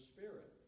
Spirit